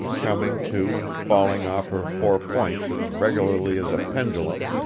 coming to and falling off her four points as regularly as a pendulum,